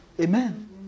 amen